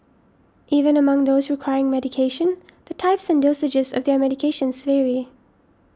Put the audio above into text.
even among those requiring medication the types and dosages of their medications vary